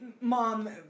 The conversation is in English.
Mom